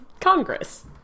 congress